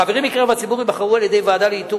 החברים מקרב הציבור ייבחרו על-ידי ועדה לאיתור